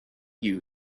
you